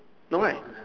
no nine